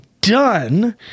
done